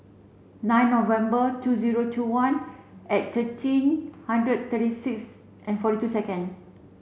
nine November two zero two one at thirteen hundred tirty six and forty two second